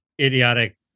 idiotic